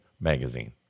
Magazine